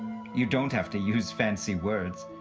you don't have to use fancy words,